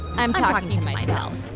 i'm talking to myself.